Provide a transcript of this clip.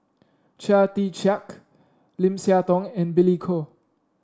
Chia Tee Chiak Lim Siah Tong and Billy Koh